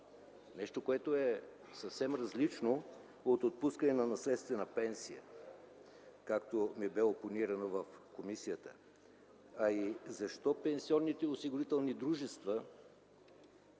нещо, което е съвсем различно от отпускане на наследствена пенсия, както ми бе опонирано в комисията, а и защо пенсионните осигурителни дружества